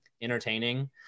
entertaining